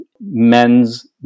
men's